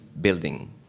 building